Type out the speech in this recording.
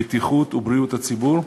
בטיחות הציבור ובריאותו,